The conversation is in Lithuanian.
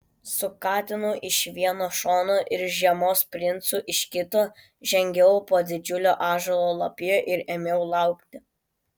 su katinu iš vieno šono ir žiemos princu iš kito žengiau po didžiulio ąžuolo lapija ir ėmiau laukti